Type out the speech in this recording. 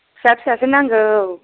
फिसा फिसासो नांगौ